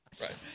Right